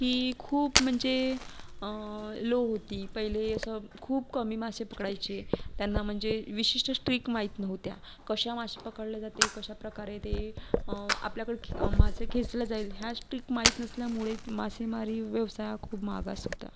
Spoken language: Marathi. की खूप म्हणजे लो होती पहिले असं खूप कमी मासे पकडायचे त्यांना म्हणजे विशिष्ट श्ट्रीक माहीत नव्हत्या कसे मासे पकडले जाते कशा प्रकारे ते आपल्याकडे खे मासे खेचलं जाईल ह्या श्टीक माहीत नसल्यामुळे मासेमारी व्यवसाय हा खूप मागास होता